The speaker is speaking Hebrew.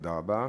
תודה רבה,